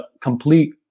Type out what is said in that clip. complete